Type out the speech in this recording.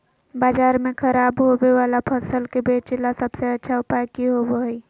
बाजार में खराब होबे वाला फसल के बेचे ला सबसे अच्छा उपाय की होबो हइ?